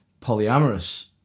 polyamorous